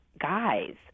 guys